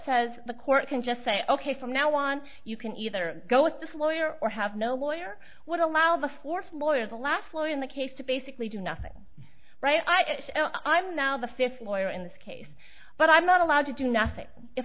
says the court can just say ok from now on you can either go with this lawyer or have no lawyer would allow the fourth lawyer the last lawyer in the case to basically do nothing right i'm now the fifth lawyer in this case but i'm not allowed to do nothing if